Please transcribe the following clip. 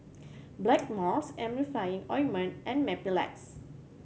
Blackmores Emulsying Ointment and Mepilex